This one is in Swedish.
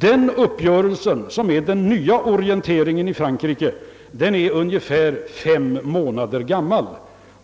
Denna uppgörelse, som är den nya orienteringen i Frankrike, är ungefär fem månader gammal,